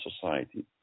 society